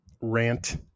rant